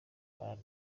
kumarana